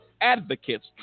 advocates